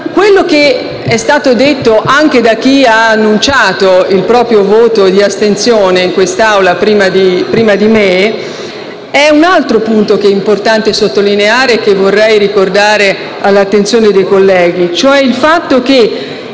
Ciò che è stato detto anche da chi ha annunciato il proprio voto di astensione in Aula prima di me rappresenta un altro punto che è importante sottolineare e che vorrei ricordare ai colleghi, ossia il fatto che